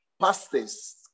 pastors